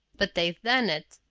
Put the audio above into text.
but they'd done it.